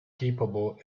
capable